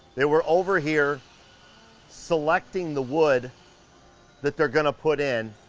they were over here selecting the wood that they're gonna put in.